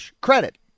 credit